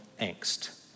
angst